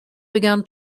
began